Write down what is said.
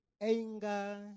Anger